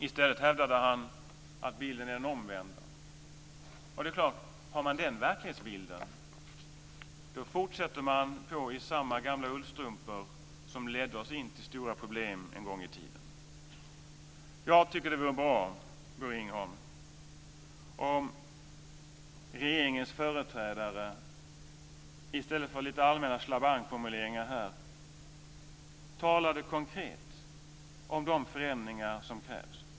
I stället hävdade han att bilden är den omvända. Har man den verklighetsbilden, fortsätter man att gå i samma gamla ullstrumpor som en gång i tiden ledde oss in i stora problem. Det vore bra, Bo Ringholm, om regeringens företrädare, i stället för lite allmänna slabangformuleringar, talade konkret om de förändringar som krävs.